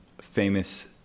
famous